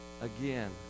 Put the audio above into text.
again